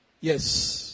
Yes